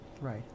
Right